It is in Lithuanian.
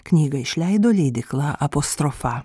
knygą išleido leidykla apostrofa